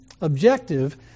objective